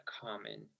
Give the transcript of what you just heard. common